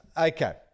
Okay